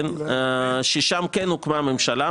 שם כן הוקמה ממשלה,